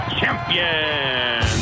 champion